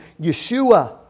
Yeshua